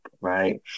Right